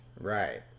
Right